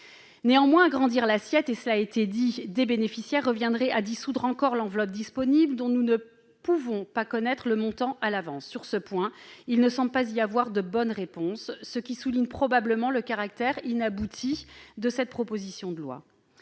Néanmoins, élargir l'assiette des bénéficiaires reviendrait à dissoudre encore l'enveloppe disponible, dont nous ne pouvons pas connaître le montant à l'avance. Sur ce point, il ne semble pas y avoir de bonne réponse, ce qui souligne probablement le caractère inabouti de la proposition de loi.